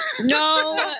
No